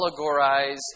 allegorize